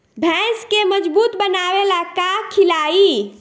भैंस के मजबूत बनावे ला का खिलाई?